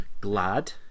Glad